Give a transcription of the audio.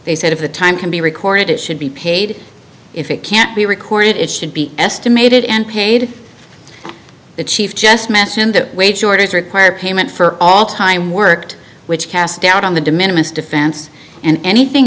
they said if the time can be recorded it should be paid if it can't be recorded it should be estimated and paid the chief just mentioned that wage orders require payment for all time worked which casts doubt on the de minimus defense and anything